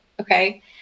okay